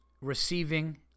receiving